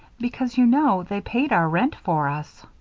because, you know, they paid our rent for us.